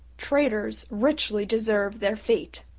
traitors richly deserve their fate.